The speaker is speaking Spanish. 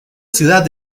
ciudad